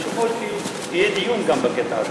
חשוב מאוד שיהיה דיון גם בקטע הזה.